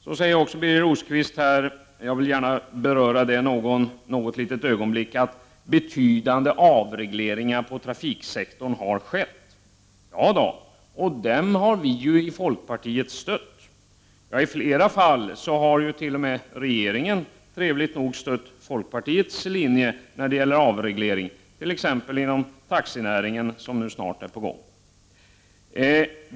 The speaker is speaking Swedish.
Låt mig också något litet ögonblick beröra det som Birger Rosqvist sade om att det har skett betydande avregleringar inom trafiksektorn. Ja, det är riktigt, och vi har i folkpartiet stött dessa avregleringar. I flera fall har regeringen t.o.m. trevligt nog stött folkpartiets linje när det gäller avreglering, t.ex. inom taxinäringen, där en sådan nu snart är på gång.